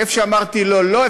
איפה שאמרתי לא, לא.